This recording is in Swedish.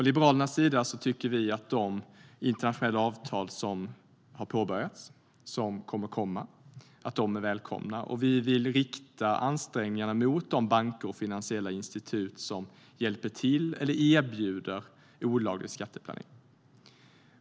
Liberalerna tycker att de internationella avtal som har påbörjats och kommer att komma är välkomna. Vi vill rikta ansträngningarna mot de banker och finansiella institut som hjälper till eller erbjuder olaglig skatteplanering.